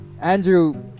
Andrew